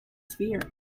sphere